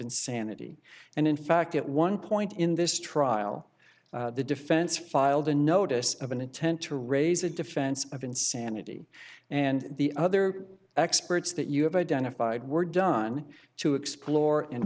insanity and in fact at one point in this trial the defense filed a notice of an intent to raise a defense of insanity and the other experts that you have identified were done to explore and